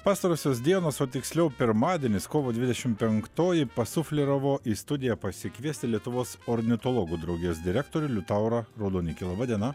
pastarosios dienos o tiksliau pirmadienis kovo dvidešim penktoji pasufleravo į studiją pasikviesti lietuvos ornitologų draugijos direktorių liutaurą raudonikį laba diena